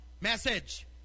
message